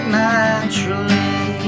naturally